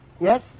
Yes